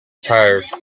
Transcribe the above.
tired